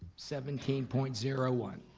seventeen point zero one.